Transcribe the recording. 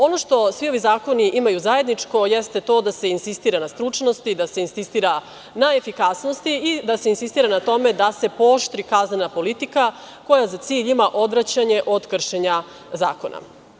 Ono što svi ovi zakoni imaju zajedničko, jeste to da se insistira na stručnosti, da se insistira na efikasnosti i da se insistira na tome da se pooštri kaznena politika koja za cilj ima odvraćanje od kršenja zakona.